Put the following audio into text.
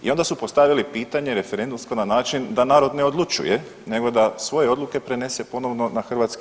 I onda su postavili pitanje referendumsko na način da narod ne odlučuje nego da svoje odluke prenese ponovno na HS.